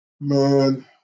Man